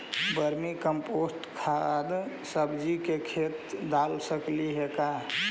Vermi compost खाद सब्जी के खेत दाल सकली हे का?